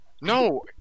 No